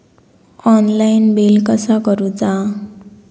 Online bill कसा करुचा?